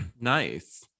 Nice